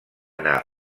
anar